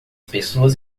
pessoas